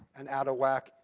and out of whack,